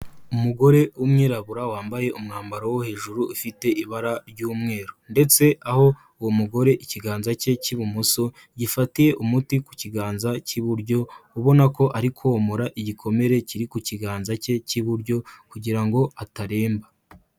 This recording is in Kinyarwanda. Umugore w'umwirabura wambaye umwambaro wo hejuru ufite ibara ry'umweru, ndetse aho uwo mugore ikiganza cye cy'ibumoso gifatiye umuti ku kiganza cy'iburyo, ubona ko ari komora igikomere kiri ku kiganza cye cy'iburyo kugira ngo ataremba.